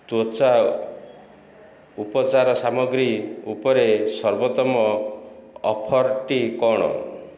ତ୍ଵଚା ଉପଚାର ସାମଗ୍ରୀ ଉପରେ ସର୍ବୋତ୍ତମ ଅଫର୍ଟି କ'ଣ